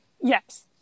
yes